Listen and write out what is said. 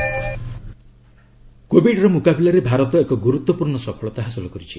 Covid status କୋବିଡ୍ର ମୁକାବିଲାରେ ଭାରତ ଏକ ଗୁରୁତ୍ୱପୂର୍ଣ୍ଣ ସଫଳତା ହାସଲ କରିଛି